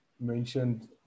mentioned